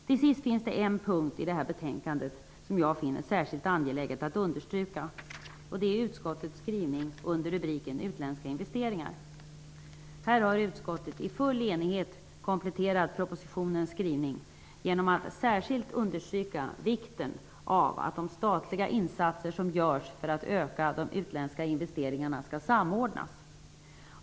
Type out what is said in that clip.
Till sist finns det en punkt i detta betänkande som jag finner särskilt angelägen att understryka. Det är utskottets skrivning under rubriken Utländska investeringar. Här har utskottet i full enighet kompletterat propositionens skrivning genom att särskilt understryka vikten av att de statliga insatser som görs för att öka de utländska investeringarna skall samordnas.